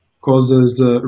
causes